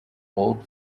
old